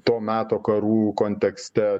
to meto karų kontekste